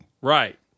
right